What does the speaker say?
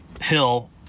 Hill